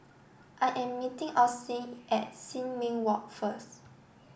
I am meeting Austyn at Sin Ming Walk first